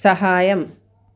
സഹായം